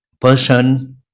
person